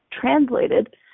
translated